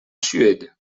suède